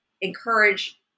encourage